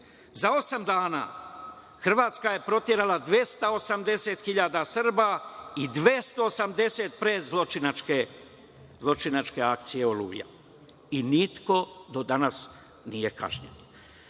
osam dana Hrvatska je proterala 280.000 Srba i 280 prezločinačke akcije „Oluja“ i niko do danas nije kažnjen. Poštovane